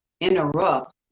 interrupt